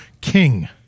King